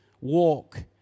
walk